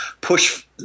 push